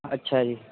ਅੱਛਾ ਜੀ